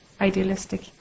idealistic